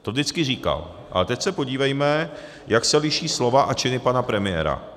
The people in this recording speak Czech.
To vždycky říkal, ale teď se podívejme, jak se liší slova a činy pana premiéra.